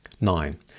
Nine